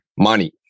?Money